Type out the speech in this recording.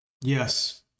Yes